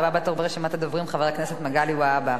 הבא בתור ברשימת הדוברים, חבר הכנסת מגלי והבה.